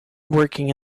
working